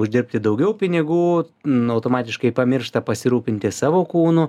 uždirbti daugiau pinigų nu automatiškai pamiršta pasirūpinti savo kūnu